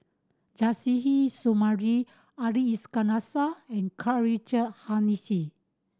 Suzairhe Sumari Ali Iskandar Shah and Karl Richard Hanitsch